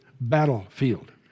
battlefield